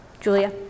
Julia